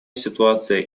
ситуация